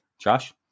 Josh